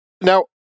now